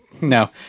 No